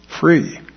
Free